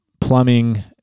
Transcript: plumbing